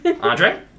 Andre